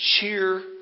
cheer